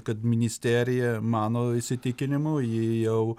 kad ministerija mano įsitikinimu ji jau